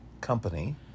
Company